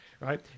Right